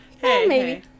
hey